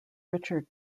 richard